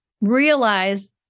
realize